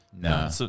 No